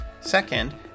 Second